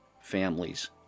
families